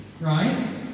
right